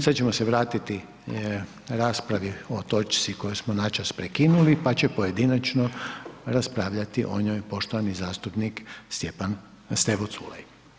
Sada ćemo se vratiti raspravi o točci koju smo načas prekinuli pa će pojedinačno raspravljati o njoj poštovani zastupnik Stevo Culej.